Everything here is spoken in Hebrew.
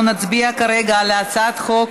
אנחנו נצביע כרגע על הצעת חוק